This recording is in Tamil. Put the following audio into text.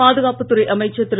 பாதுகாப்புத்துறை அமைச்சர் திரு